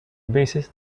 bassist